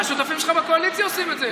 השותפים שלך בקואליציה עושים את זה,